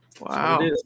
Wow